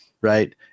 Right